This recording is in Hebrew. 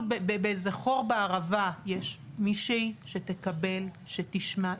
באיזה חור בערבה יש מישהו שתקבל ושתשמע.